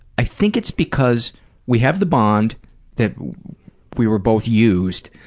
i think it's because we have the bond that we were both used.